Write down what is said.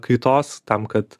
kaitos tam kad